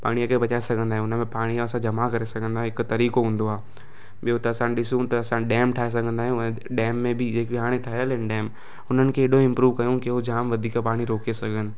पाणीअ खे बचाए सघंदा आहियूं उन में पाणी खे असां जमा करे सघंदा आहियूं हिकु तरीक़ो हूंदो आहे ॿियो त असां ॾिसूं त असां डैम ठाहे सघंदा आहियूं ऐं डैम में बि जेके हाणे ठहियलु आहिनि डैम हुननि खे एॾो इम्प्रूव कयूं की उहो जाम वधीक पाणी रोके सघनि